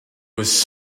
was